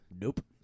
Nope